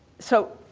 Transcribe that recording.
so,